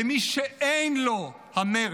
ומי שאין לו המרץ,